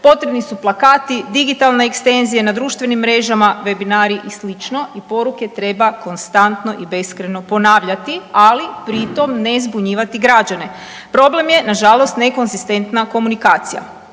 Potrebni su plakati, digitalne ekstenzije na društvenim mrežama, vebinari i slično i poruke treba konstantno i beskrajno ponavljati, ali pri tom ne zbunjivati građane. Problem je nažalost nekonzistentna komunikacija.